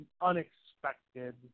unexpected